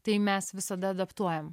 tai mes visada adaptuojam